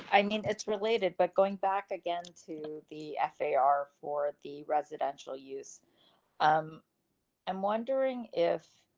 i mean, it's related, but going back again to the ffa r for the residential use. um i'm wondering if.